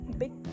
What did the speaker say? big